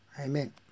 Amen